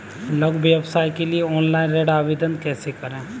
लघु व्यवसाय के लिए ऑनलाइन ऋण आवेदन कैसे करें?